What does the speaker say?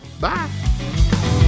Bye